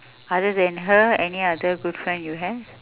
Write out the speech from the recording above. other than her any other good friend you have